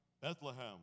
Bethlehem